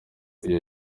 iyo